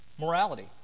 Morality